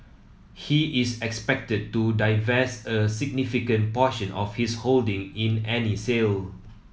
he is expected to divest a significant portion of his holding in any sale